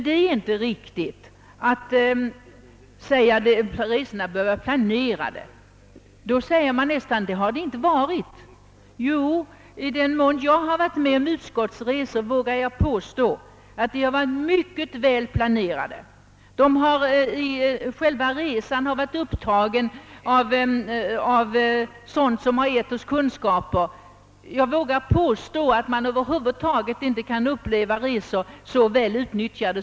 Det är inte heller riktigt att så starkt betona att resorna bör vara planerade, ty detta är nästan detsamma som att göra gällande att de tidigare inte varit väl planerade. I varje fall de utskottsresor som jag deltagit i har varit mycket väl planerade. De har varit inriktade på att bibringa deltagarna kunskaper. Jag vågar påstå att bättre utnyttjade resor än dessa utskottsresor inte kan anordnas.